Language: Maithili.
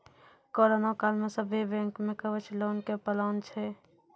करोना काल मे सभ्भे बैंक मे कवच लोन के प्लान छै